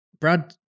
Brad